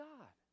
God